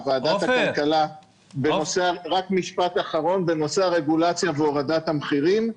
הכלכלה בנושא הרגולציה והורדת המחירים.